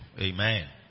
Amen